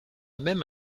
même